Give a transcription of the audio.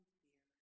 fear